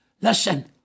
Listen